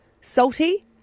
Salty